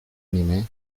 anime